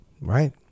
Right